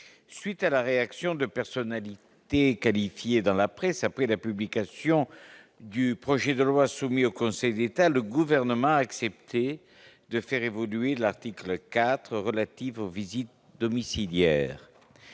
suite à la réaction de personnalités qualifiées dans la presse, après la publication du projet de loi soumis au Conseil d'État, le gouvernement a accepté de faire évoluer l'article 4 relatives aux visites domiciliaires